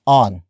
on